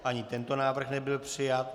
Ani tento návrh nebyl přijat.